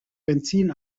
benzin